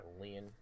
Leon